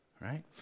Right